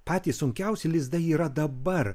patys sunkiausi lizdai yra dabar